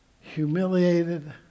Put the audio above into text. humiliated